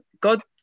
God